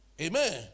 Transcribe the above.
Amen